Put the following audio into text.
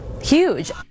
huge